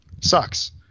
sucks